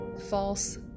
false